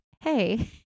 hey